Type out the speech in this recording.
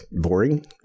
boring